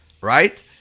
right